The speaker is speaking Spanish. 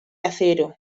acero